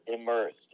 immersed